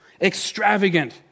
Extravagant